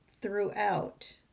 throughout